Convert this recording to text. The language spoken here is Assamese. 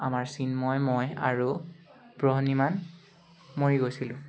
আমাৰ চিণ্ময় মই আৰু প্ৰহ্ণিমান মৰি গৈছিলোঁ